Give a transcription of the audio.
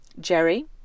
Jerry